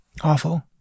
awful